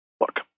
Look